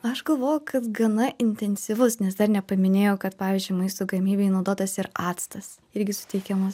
aš galvoju kad gana intensyvus nes dar nepaminėjau kad pavyzdžiui maisto gamybai naudotas ir actas irgi suteikiamas